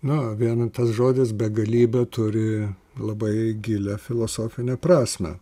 na vienetas žodis begalybė turi labai gilią filosofinę prasmę